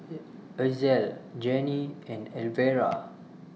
Ezell Janie and Elvera